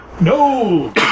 No